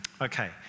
Okay